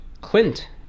clint